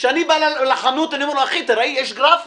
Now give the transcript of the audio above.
ואני מסתובב בתקופה של פריימריז,